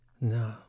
No